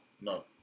no